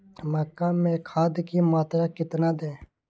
मक्का में खाद की मात्रा कितना दे?